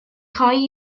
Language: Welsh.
rhoi